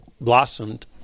blossomed